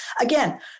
Again